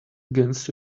against